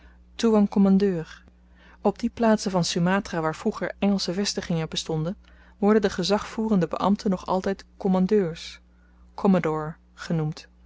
kommandeur op die plaatsen van sumatra waar vroeger engelsche vestigingen bestonden worden de gezagvoerende beambten nog altyd kommandeurs commodore genoemd